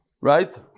right